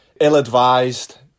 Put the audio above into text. ill-advised